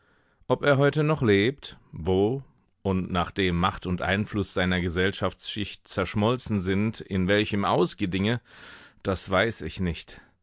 ob er heute noch lebt wo und nachdem macht und einfluß seiner gesellschaftsschicht zerschmolzen sind in welchem ausgedinge das weiß ich nicht